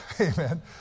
Amen